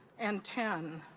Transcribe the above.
and ten.